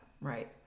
Right